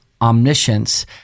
omniscience